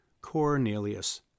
Cornelius